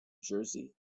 jersey